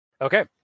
Okay